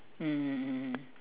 mm mm mm